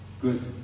good